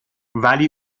ولی